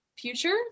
future